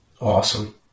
Awesome